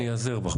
אני איעזר בך,